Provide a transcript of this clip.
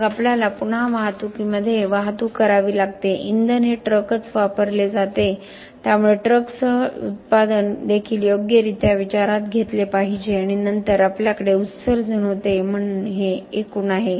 मग आपल्याला पुन्हा वाहतूकीमध्ये वाहतूक करावी लागते इंधन हे ट्रकच वापरले जाते त्यामुळे ट्रकसह ट्रकचे उत्पादन देखील योग्यरित्या विचारात घेतले पाहिजे आणि नंतर आपल्याकडे उत्सर्जन होते म्हणून हे एकूण आहे